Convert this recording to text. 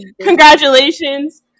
Congratulations